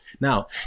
Now